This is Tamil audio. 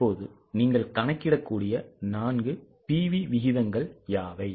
இப்போது நீங்கள் கணக்கிடக்கூடிய 4 PV விகிதங்கள் யாவை